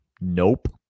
Nope